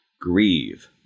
Grieve